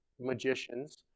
magicians